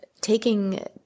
taking